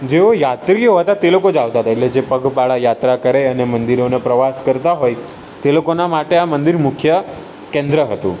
જેઓ યાત્રીઓ હતા તે લોકો જ આવતા હતા જે લોકો પગપાળા યાત્રા કરે અને મંદિરોનો પ્રવાસ કરતાં હોય તે લોકોનાં માટે આ મંદિર મુખ્ય કેન્દ્ર હતું